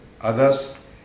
others